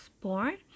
born